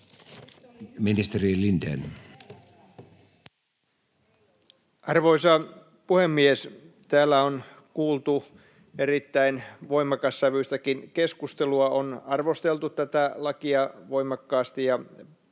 Content: Arvoisa puhemies! Täällä on kuultu erittäin voimakassävyistäkin keskustelua, on arvosteltu tätä lakia voimakkaasti